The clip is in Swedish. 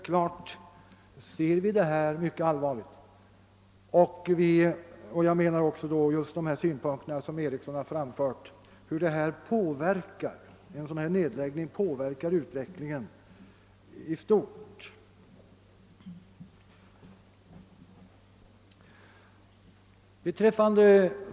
Naturligtvis ser vi mycket allvarligt på allt detta. En sådan nedläggning som den vi nu diskuterar påverkar utvecklingen i stort.